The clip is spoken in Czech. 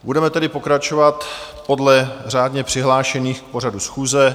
Budeme tedy pokračovat podle řádně přihlášených k pořadu schůze.